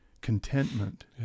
contentment